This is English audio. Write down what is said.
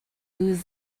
lose